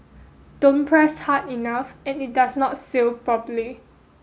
don't press hard enough and it does not seal properly